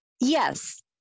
yes